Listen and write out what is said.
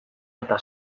eta